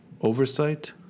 oversight